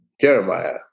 Jeremiah